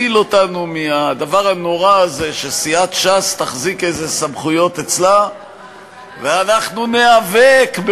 בדבר שעליו האופוזיציה כל כך נזעקת,